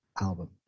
album